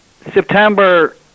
September